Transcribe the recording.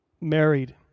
married